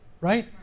right